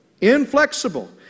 inflexible